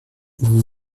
vous